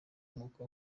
umwuka